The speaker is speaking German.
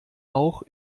auch